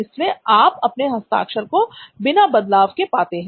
इसलिए आप अपने हस्ताक्षर को बिना बदलाव के पाते हैं